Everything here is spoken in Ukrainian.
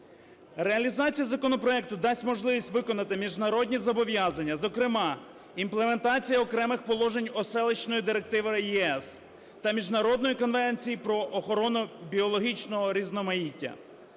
Реалізація законопроекту дасть можливість виконати міжнародні зобов'язання, зокрема імплементація окремих положень Оселищної директиви ЄС та Міжнародної конвенції про охорону біологічного різноманіття.